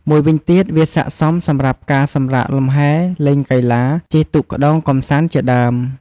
មួយវិញទៀត វាស័ក្តិសមសម្រាប់ការសម្រាកលំហែ លេងកីឡា ជិះទូកក្តោងកម្សាន្តជាដើម។